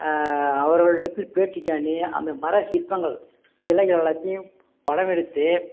அவர்கள் இடத்தில் பேட்டிக்காண்டி அந்த மர சிற்பங்கள் சிலைகள் எல்லாத்தையும் படமெடுத்து